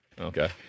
Okay